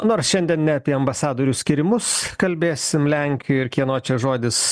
nors šiandien ne apie ambasadorių skyrimus kalbėsim lenkijoj ir kieno čia žodis